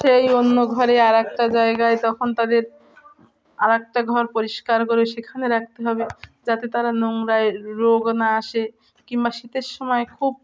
সেই অন্য ঘরে আর একটা জায়গায় তখন তাদের আর একটা ঘর পরিষ্কার করে সেখানে রাখতে হবে যাতে তারা নোংরায় রোগ না আসে কিংবা শীতের সময় খুব